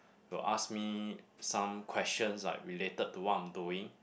will ask me some questions like related to what I'm doing